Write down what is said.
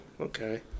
okay